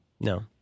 No